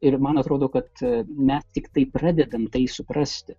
ir man atrodo kad mes tiktai pradedam tai suprasti